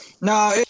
No